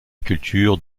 culture